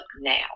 now